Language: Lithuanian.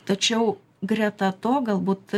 tačiau greta to galbūt